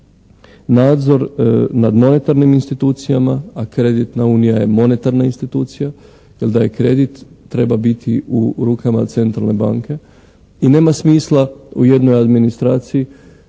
nadzor nad monetarnim institucijama, a kreditna unija je monetarna institucija, jer da je kredit treba biti u rukama centralne banke i nema smisla u jednoj administraciji